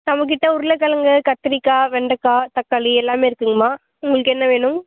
நம்மக் கிட்டே உருளைக் கிழங்கு கத்திரிக்காய் வெண்டைக்கா தக்காளி எல்லாமே இருக்குதுங்கம்மா உங்களுக்கு என்ன வேணும்